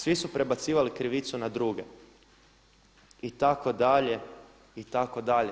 Svi su prebacivali krivicu na druge“ itd., itd.